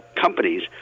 companies